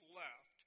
left